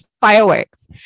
fireworks